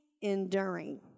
enduring